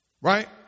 Right